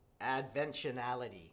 adventionality